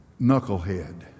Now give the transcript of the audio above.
knucklehead